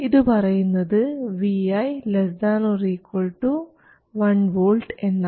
ഇത് പറയുന്നത് vi ≤ 1 V എന്നാണ്